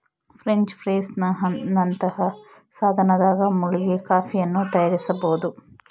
French press ನಂತಹ ಸಾಧನದಾಗ ಮುಳುಗಿ ಕಾಫಿಯನ್ನು ತಯಾರಿಸಬೋದು